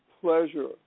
pleasure